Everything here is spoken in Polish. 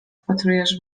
wpatrujesz